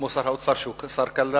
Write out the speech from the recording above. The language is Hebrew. כמו שר האוצר שהוא שר קל דעת,